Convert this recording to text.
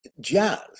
jazz